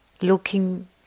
looking